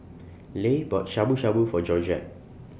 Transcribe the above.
Leigh bought Shabu Shabu For Georgette